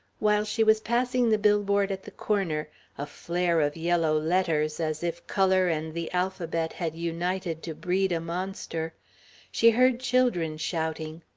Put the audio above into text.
while she was passing the billboard at the corner a flare of yellow letters, as if colour and the alphabet had united to breed a monster she heard children shouting.